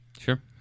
Sure